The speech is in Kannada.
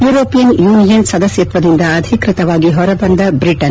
ಯುರೋಪಿಯನ್ ಯೂನಿಯನ್ ಸದಸ್ತತ್ತದಿಂದ ಅಧಿಕೃತವಾಗಿ ಹೊರಬಂದ ಬ್ರಿಟನ್